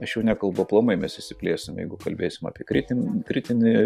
aš jau nekalbu aplamai mes išsiplėsime jeigu kalbėsime apie kritinį kritinį